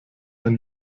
ein